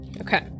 Okay